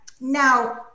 Now